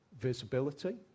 visibility